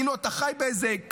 כאילו אתה חי באיזה,